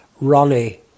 Ronnie